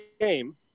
game